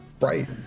Right